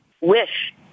wish